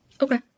okay